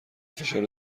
فشار